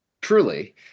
truly